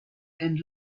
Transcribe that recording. and